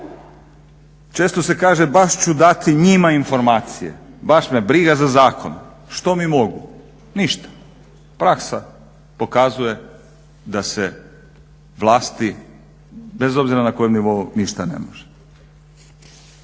Često kaže baš ću dati njima informacije. Baš me briga za zakon, što mi mogu? Ništa. Praksa pokazuje dase vlasti bez obzira na kojem nivou ništa ne može.